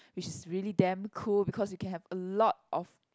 which is really damn cool because you can have a lot of